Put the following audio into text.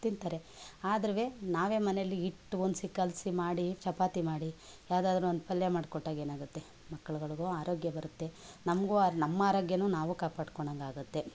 ತಿಂತಾರೆ ಆದ್ರು ನಾವೇ ಮನೆಯಲ್ಲಿ ಹಿಟ್ ಹೊಂದ್ಸಿ ಕಲಸಿ ಮಾಡಿ ಚಪಾತಿ ಮಾಡಿ ಯಾವ್ದಾದರೂ ಒಂದು ಪಲ್ಯ ಮಾಡ್ಕೊಟ್ಟಾಗೇನಾಗತ್ತೆ ಮಕ್ಳಗಳಿಗೂ ಆರೋಗ್ಯ ಬರುತ್ತೆ ನಮಗು ಆ ನಮ್ಮ ಆರೋಗ್ಯನು ನಾವು ಕಾಪಾಡ್ಕೊಂಡಂಗಾಗತ್ತೆ